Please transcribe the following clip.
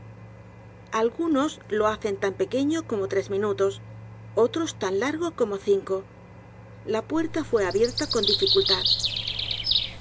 algunos lo hacen tan pequeño como tres minutos otros t a n largo como cinco la puerta fué abierta con dificultad